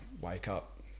wake-up